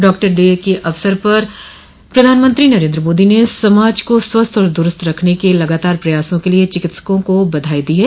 doctors day के अवसर पर प्रधानमंत्री नरेन्द्र मोदी ने समाज को स्वस्थ और दुरूस्त रखने के लगातार प्रयासों के लिए चिकित्सकों को बधाई दी है